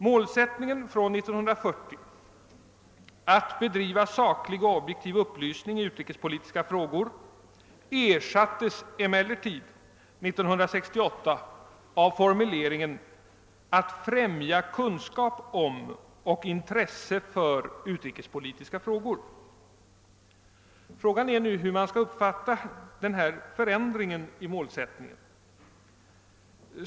Målsättningen från 1940 — >att: bedriva saklig och objektiv upplysning i utrikespolitiska frågor» — ersattes emellertid 1968 :av formuleringen »att främja kunskap om och intresse för utrikespolitiska frågor». Frågan är nu hur man skall uppfatta denna förändring i målsättningen.